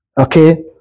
Okay